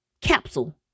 capsule